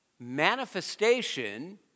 Manifestation